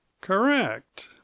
Correct